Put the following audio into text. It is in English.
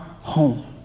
home